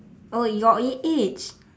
oh your a~ age